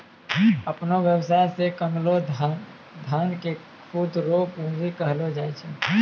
अपनो वेवसाय से कमैलो धन के खुद रो पूंजी कहलो जाय छै